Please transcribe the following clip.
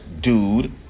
dude